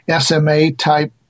SMA-type